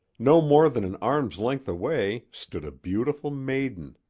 no more than an arm's length away stood a beautiful maiden.